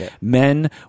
Men